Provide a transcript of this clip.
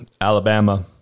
Alabama